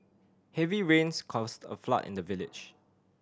heavy rains caused a flood in the village